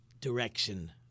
direction